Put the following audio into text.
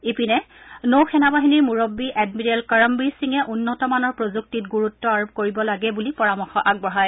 ইপিনে নৌ সেনাবাহিনীৰ মুৰববী এডমিৰেল কৰমবীৰ সিঙে উন্নত মানৰ প্ৰযুক্তিত গুৰুত্ব আৰোপ কৰিব লাগে বুলি পৰামৰ্শ আগবঢ়ায়